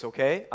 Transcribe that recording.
Okay